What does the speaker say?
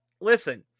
Listen